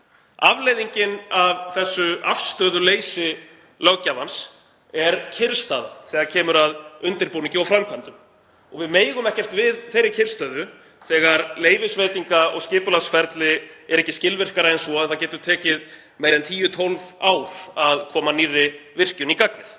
Afleiðingin af þessu afstöðuleysi löggjafans er kyrrstaða þegar kemur að undirbúningi og framkvæmdum. Við megum ekki við þeirri kyrrstöðu þegar leyfisveitinga- og skipulagsferlið er ekki skilvirkara en svo að það getur tekið meira en tíu, tólf ár að koma nýrri virkjun í gagnið.